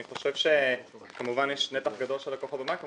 אני חושב שכמובן יש נתח גדול של לקוחות בבנקים